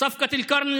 בשפה הערבית.)